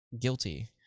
guilty